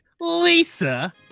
lisa